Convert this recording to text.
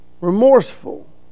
remorseful